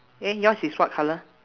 eh yours is what colour